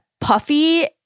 puffy